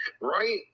right